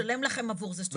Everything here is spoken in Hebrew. ונשלם לכם עבור זה שתשבו בבית.